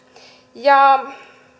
ja